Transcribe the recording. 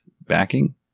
backing